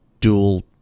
dual